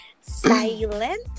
silent